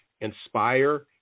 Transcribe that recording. inspire